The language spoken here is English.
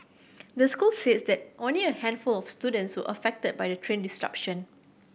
the school said that only a handful of students were affected by the train disruption